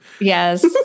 Yes